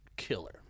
killer